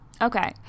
Okay